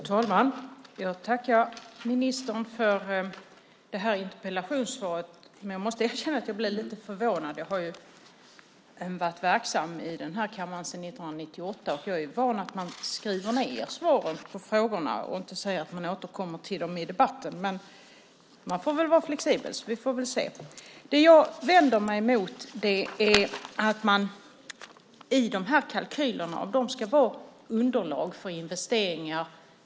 Fru talman! Jag tackar ministern för interpellationssvaret, men jag måste erkänna att jag blir lite förvånad. Jag har ju varit verksam i den här kammaren sedan 1998, och jag är van vid att man skriver ned svaret på frågorna och inte säger att man återkommer till dem i debatten, men jag får väl vara flexibel. Vi får väl se. Det jag vänder mig mot gäller utgångspunkten för de kalkyler som ska vara underlag för investeringar.